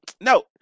no